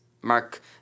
Mark